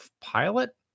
pilot